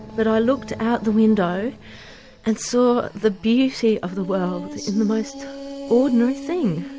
but i looked out the window and saw the beauty of the world in the most ordinary thing